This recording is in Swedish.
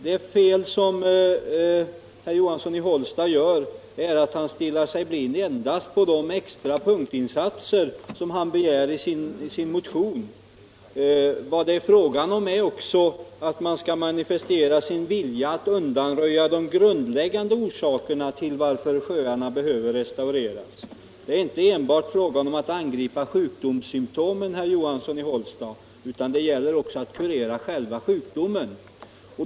Det fel som herr Johansson i Hållsta gör är att han stirrar sig blind på de extra punktinsatser som han begär i sin motion. Men det är också fråga om att man skall manifestera sin vilja att undanröja de grundläggande orsakerna till att sjöarna behöver restaureras. Det är inte enbart fråga om att angripa sjukdomssymtomen, herr Johansson i Hållsta, utan det gäller även att kurera själva sjukdomen.